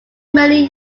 many